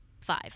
five